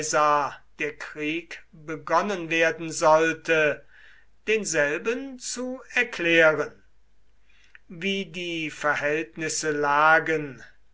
der krieg begonnen werden sollte denselben zu erklären wie die verhältnisse lagen